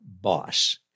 boss